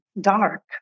dark